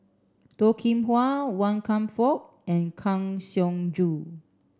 Toh Kim Hwa Wan Kam Fook and Kang Siong Joo